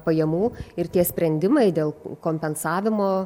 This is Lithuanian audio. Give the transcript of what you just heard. pajamų ir tie sprendimai dėl kompensavimo